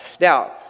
Now